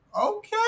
Okay